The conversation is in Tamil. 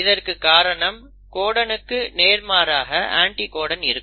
இதற்கு காரணம் கோடனுக்கு நேர்மாறாக அண்டிகோடன் இருக்கும்